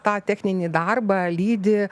tą techninį darbą lydi